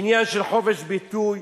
עניין של חופש ביטוי,